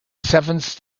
seventh